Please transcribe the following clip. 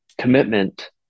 commitment